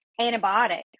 antibiotic